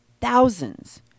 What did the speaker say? thousands